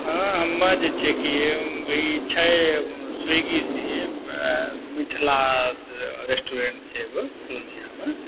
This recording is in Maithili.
हँ हमे जे छै कि ई छै स्विगीसँ जे मिथिला रेस्टोरेन्ट छै एगो पूर्णियाँमे